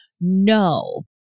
no